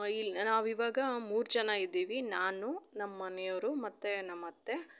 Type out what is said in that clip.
ಇಲ್ಲಿ ನಾವಿವಾಗ ಮೂರು ಜನ ಇದ್ದೀವಿ ನಾನು ನಮ್ಮ ಮನೆಯವ್ರು ಮತ್ತೆ ನಮ್ಮ ಅತ್ತೆ